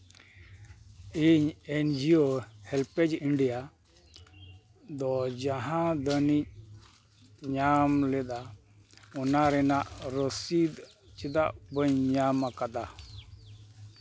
ᱤᱧ NGO HelpAge India ᱫᱚ ᱡᱟᱦᱟᱸ ᱫᱟᱹᱱᱤᱡ ᱧᱟᱢ ᱞᱮᱫᱟ ᱚᱱᱟ ᱨᱮᱱᱟᱜ ᱨᱚᱥᱤᱫᱽ ᱪᱮᱫᱟᱜ ᱵᱟᱹᱧ ᱧᱟᱢ ᱟᱠᱟᱫᱟ